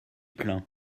plein